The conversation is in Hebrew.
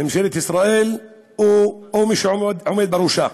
ממשלת ישראל או מי שעומד בראשה.